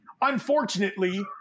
unfortunately